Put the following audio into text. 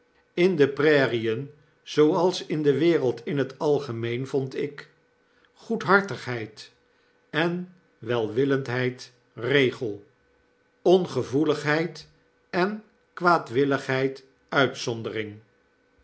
in de prairien zooals in de wereld in t algemeen vond ik goedhartigheid en welwillendheid regel ongevoeligheid en kwaadwilligheid